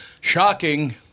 Shocking